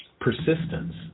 Persistence